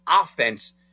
offense